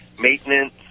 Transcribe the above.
Maintenance